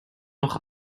noch